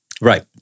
Right